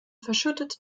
verschüttet